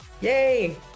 yay